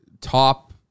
top